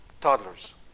toddlers